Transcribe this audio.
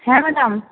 হ্যাঁ ম্যাডাম